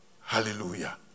Hallelujah